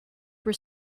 were